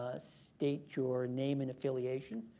ah state your name and affiliation,